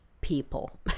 people